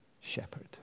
shepherd